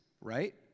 right